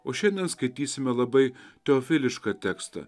o šiandien skaitysime labai teofilišką tekstą